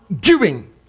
giving